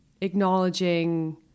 acknowledging